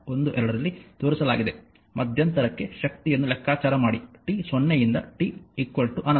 12 ರಲ್ಲಿ ತೋರಿಸಲಾಗಿದೆ ಮಧ್ಯಂತರಕ್ಕೆ ಶಕ್ತಿಯನ್ನು ಲೆಕ್ಕಾಚಾರ ಮಾಡಿ t 0 ಯಿಂದ t ಅನಂತ